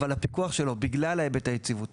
אבל הפיקוח עליו יהיה לא ברשות ניירות ערך,